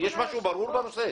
יש משהו ברור בנושא?